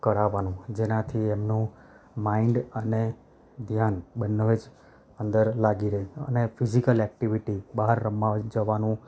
કરાવવાનું જેનાથી એમનું માઈન્ડ અને ધ્યાન બંને જ અંદર જ લાગી રે અને ફિઝિકલ એક્ટિવિટી બહાર રમવા જવાનું